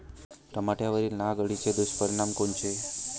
टमाट्यावरील नाग अळीचे दुष्परिणाम कोनचे?